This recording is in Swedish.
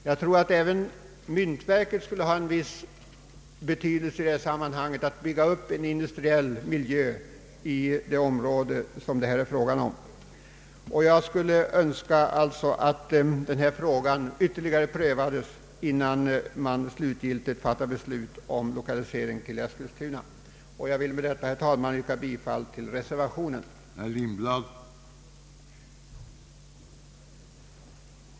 Jag tror att även myntverket skulle ha en viss betydelse när det gäller att bygga upp en industriell miljö i det område som det här är fråga om. Jag skulle alltså önska att denna fråga prövades ytterligare innan vi slutgiltigt fattar beslut om lokalisering till Eskilstuna. Herr talman! Jag vill med det anförda yrka bifall till reservationen av herr Per Jacobsson m.fl.